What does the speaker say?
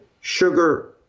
Sugar